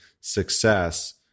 success